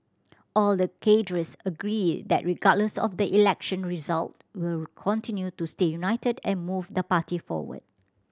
all the cadres agree that regardless of the election results we'll continue to stay united and move the party forward